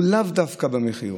זה לאו דווקא המחיר.